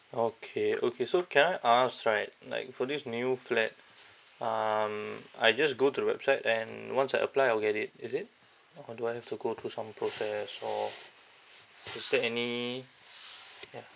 okay okay so can I ask right like for this new flat um I just go to the website and once I apply I will get it is it or do I have to go through some process or is there any yeah